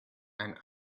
ein